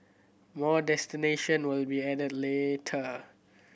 more destination will be added later